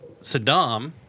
Saddam